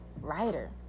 writer